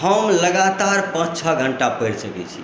हम लगातार पाँच छह घण्टा पढ़ि सकैत छी